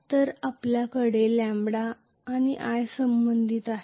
तर आपल्याकडे लॅंबडा आणि i संबंधित आहेत